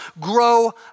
grow